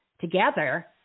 together